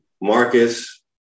Marcus